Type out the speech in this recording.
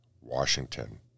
Washington